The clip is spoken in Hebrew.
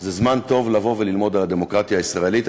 זה זמן טוב לבוא וללמוד על הדמוקרטיה הישראלית.